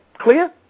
Clear